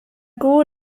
koe